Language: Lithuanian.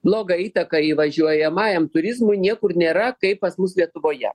blogą įtaką įvažiuojamajam turizmui niekur nėra kaip pas mus lietuvoje